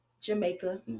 jamaica